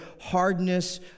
hardness